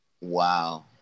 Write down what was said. Wow